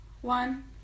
One